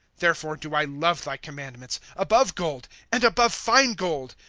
therefore do i love thy commandments, above gold, and above fine gold.